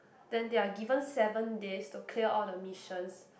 then they are given seven days to clear all the missions